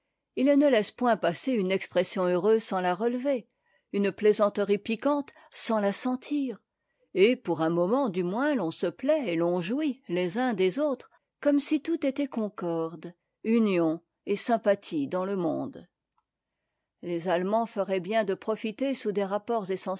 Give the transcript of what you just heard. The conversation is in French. il ne laisse point passer une expression heureuse sans la relever une plaisanterie piquante sans la sentir et pour un moment du moins l'on se plaît et l'on jouit les uns des autres comme si tout était concorde union et sympathie dans le monde les allemands feraient bien de profiter sous des rapports